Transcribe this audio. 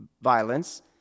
violence